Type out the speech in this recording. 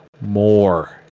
more